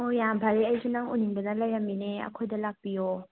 ꯑꯣ ꯌꯥꯝ ꯐꯔꯦ ꯑꯩꯁꯨ ꯅꯪ ꯎꯅꯤꯡꯗꯅ ꯂꯩꯔꯝꯃꯤꯅꯦ ꯑꯩꯈꯣꯏꯗ ꯂꯥꯛꯄꯤꯌꯣ